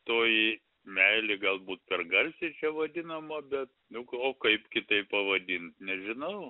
toji meilė galbūt per garsiai čia vadinama bet nu o kaip kitaip pavadint nežinau